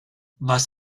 was